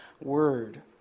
word